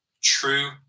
true